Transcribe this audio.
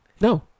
No